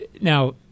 Now